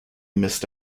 missed